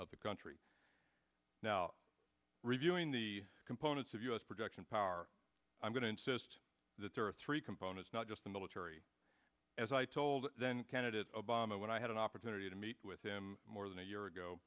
of the country now reviewing the components of u s production power i'm going to insist that there are three components not just the military as i told then candidate obama when i had an opportunity to meet with him more than a year ago